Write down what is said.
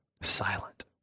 silent